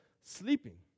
sleeping